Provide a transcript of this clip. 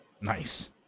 Nice